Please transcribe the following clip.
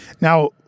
Now